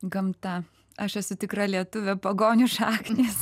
gamta aš esu tikra lietuvė pagonių šaknys